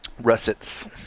Russets